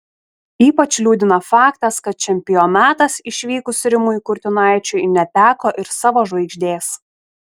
ypač liūdina faktas kad čempionatas išvykus rimui kurtinaičiui neteko ir savo žvaigždės